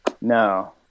No